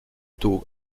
tôt